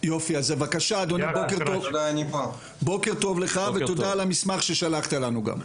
תודה על המסמך ששלחת לנו.